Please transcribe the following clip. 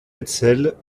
hetzel